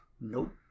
Nope